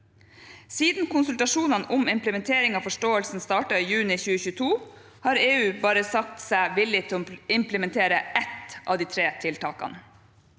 Siden konsultasjonene om implementering av forståelsen startet i juni 2022, har EU bare sagt seg villig til å implementere ett av de tre tiltakene.